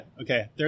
okay